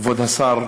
כבוד השר,